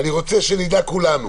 אני רוצה שנדע כולנו,